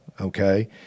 Okay